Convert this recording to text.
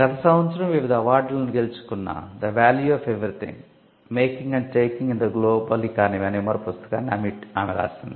గత సంవత్సరం వివిధ అవార్డులను గెలుచుకున్న 'The Value of Everything Making and Taking in the Global Economy' అనే మరో పుస్తకాన్ని ఆమె ఇటీవల రాసింది